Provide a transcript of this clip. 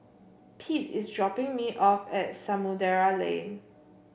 Pete is dropping me off at Samudera Lane